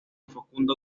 facundo